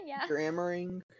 grammaring